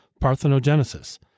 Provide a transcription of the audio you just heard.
parthenogenesis